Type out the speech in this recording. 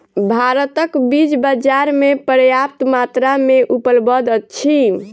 भारतक बीज बाजार में पर्याप्त मात्रा में उपलब्ध अछि